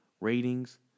ratings